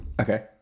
Okay